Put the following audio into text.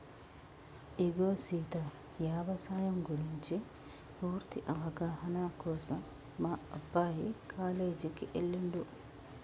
ఇగో సీత యవసాయం గురించి పూర్తి అవగాహన కోసం మా అబ్బాయి కాలేజీకి ఎల్లిండు